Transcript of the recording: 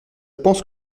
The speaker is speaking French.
pense